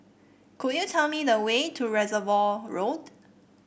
could you tell me the way to Reservoir Road